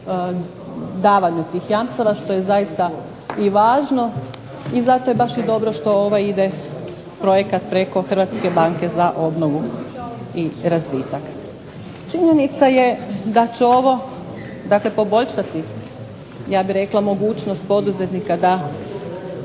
davanju tih jamstava što je zaista i važno. I zato je baš dobro što ovaj projekat ide preko HBOR-a. Činjenica je da će ovo poboljšati ja bih rekla mogućnost poduzetnika da